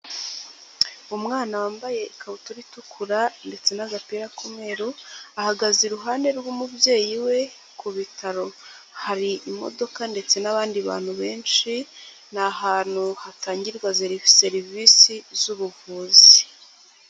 Umwana wambaye ikabutura itukura, ndetse n'agapira k'umweru, ahagaze iruhande rw'umubyeyi we ku bitaro. Hari imodoka ndetse n'abandi bantu benshi, ni ahantu hatangirwa serivisi z'ubuvuzi.